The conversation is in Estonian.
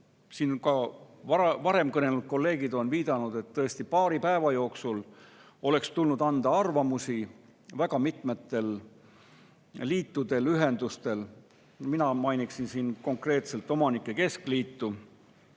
sest ka varem kõnelnud kolleegid on siin viidanud, et tõesti paari päeva jooksul oleks tulnud anda arvamusi väga mitmetel liitudel, ühendustel. Mina mainiksin siin konkreetselt omanike keskliitu,